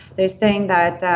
they're saying that